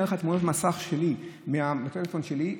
אני אראה לך תמונות מסך מהטלפון שלי,